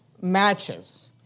matches